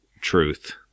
truth